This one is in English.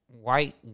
white